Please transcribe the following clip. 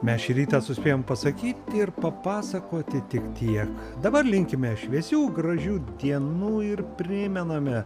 mes šį rytą suspėjom pasakyt ir papasakoti tik tiek dabar linkime šviesių gražių dienų ir primename